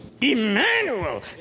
Emmanuel